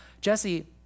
Jesse